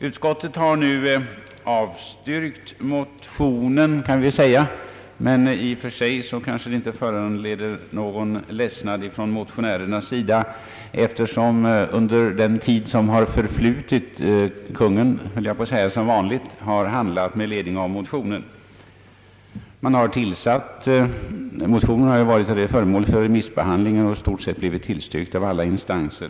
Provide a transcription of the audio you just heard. Utskottet har nu avstyrkt motionerna, vilket i och för sig kanske inte föranleder någon ledsnad från motionärernas sida, eftersom Kungl. Maj:t under den tid som förflutit — jag höll på att säga som vanligt — handlat med ledning av motionerna. Dessa har varit föremål för remissbehandling och i stort sett blivit tillstyrkta av alla instanser.